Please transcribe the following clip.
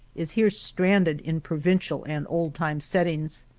is here stranded in provincial and old-time surroundings.